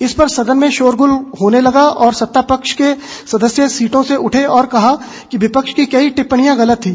इस पर सदन में शोर गुल होने लगा और सत्तापक्ष के सदस्य सीटों से उठे और कहा कि विपक्ष की कई टिप्पणियां गलत थी